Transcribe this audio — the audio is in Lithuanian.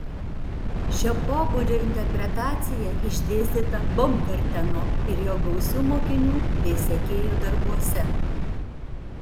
šio pobūdžio interpretacija išdėstyta baumgarteno ir jo gausių mokinių bei sekėjų darbuose